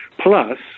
Plus